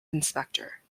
inspector